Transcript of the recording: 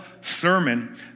sermon